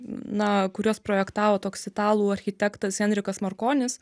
na kuriuos projektavo toks italų architektas henrikas markonis